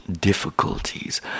difficulties